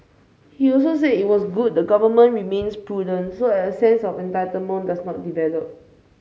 he also said it was good the Government remains prudent so that a sense of entitlement does not develop